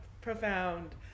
profound